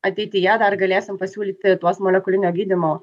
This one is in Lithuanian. ateityje dar galėsim pasiūlyti tuos molekulinio gydymo